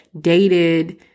dated